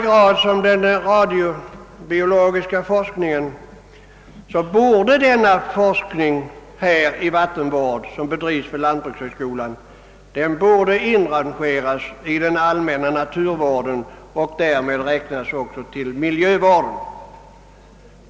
Liksom den radiobiologiska forskningen borde den forskning i vattenvård som bedrives vid lantbrukshögskolan inrangeras i den allmänna naturvården och därmed även räknas till miljövården.